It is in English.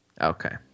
Okay